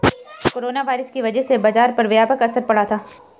corona virus की वजह से बाजार पर व्यापक असर पड़ा था